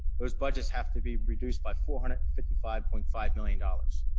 those budgets have to be reduced by four hundred and fifty five point five million dollars.